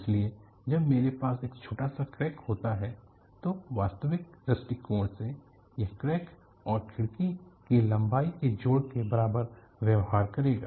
इसलिए जब मेरे पास एक छोटा सा क्रैक होता है तो वास्तविक दृष्टिकोण से यह क्रैक और खिड़की की लंबाई के जोड़ के बराबर व्यवहार करेगा